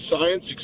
science